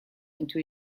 into